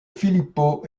filippo